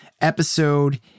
episode